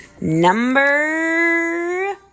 Number